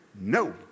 no